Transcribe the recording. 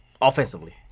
Offensively